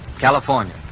California